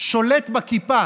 שולט בכיפה,